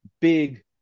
big